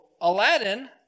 Aladdin